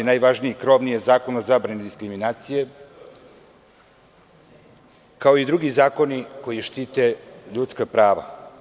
Najvažniji je krovni Zakon o zabrani diskriminacije, kao i drugi zakoni koji štite ljudska prava.